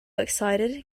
excited